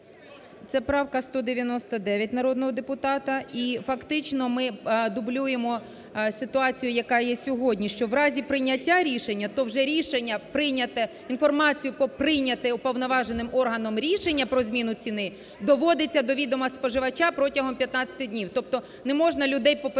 Це правка 199 народного депутата і фактично ми дублюємо ситуацію, яка є сьогодні, що в разі прийняття рішення, то вже рішення прийняте, інформацію про прийняте уповноваженим органом рішення про зміну ціни доводиться до відома споживача протягом 15 днів, тобто не можна людей попередити